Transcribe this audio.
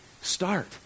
start